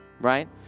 Right